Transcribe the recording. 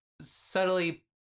subtly